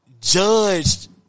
judged